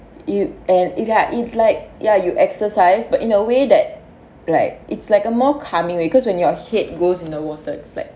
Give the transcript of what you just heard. you and it's ya it's like ya you exercise but in a way that like it's like a more calming way because when your head goes in the water it's like